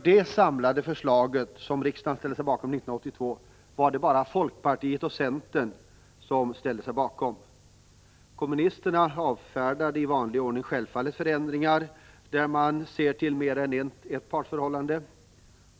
Det samlade förslag som riksdagen antog 1982 var det bara folkpartiet och centern som ställde sig bakom. Kommunisterna avfärdade självfallet i vanlig ordning en förändring som innebar att man skulle se till mer än ett partsförhållande.